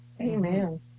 amen